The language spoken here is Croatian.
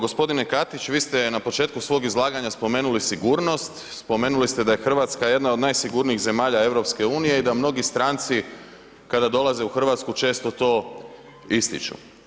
G. Katić, vi ste na početku svog izlaganja spomenuli sigurnost, spomenuli ste da je Hrvatska jedna od najsigurnijih zemalja EU-a i da mnogi stranci kada dolaze u Hrvatsku često to ističu.